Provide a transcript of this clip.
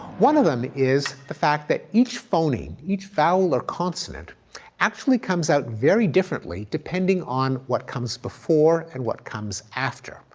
one of them is the fact that each phony, each vowel or consonant actually comes out very differently, depending on what comes before and what comes after.